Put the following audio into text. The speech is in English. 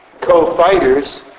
co-fighters